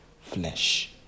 Flesh